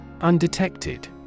Undetected